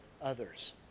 others